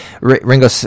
Ringo